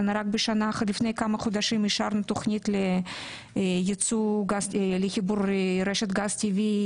רק לפני כמה חודשים אישרנו תוכנית לחיבור רשת גז טבעי,